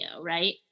right